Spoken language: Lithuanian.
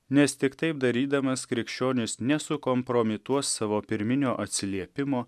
nes tik taip darydamas krikščionis nesukompromituos savo pirminio atsiliepimo